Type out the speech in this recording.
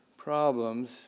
problems